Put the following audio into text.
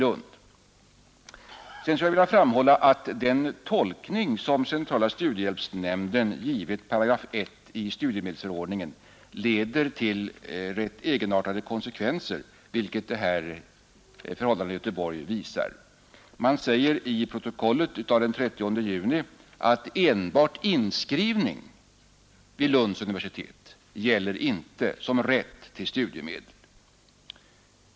Vidare skulle jag vilja framhålla att den tolkning som centrala studiehjälpsnämnden givit § I i studiemedelstörordningen leder till rätt egenartade konsekvenser, vilket förhällandet i Göteborg visar. Man säger i protokollet av den 30 juni att enbart inskrivning vid Lunds universitet inte gäller som rätt till studiemedel.